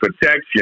protection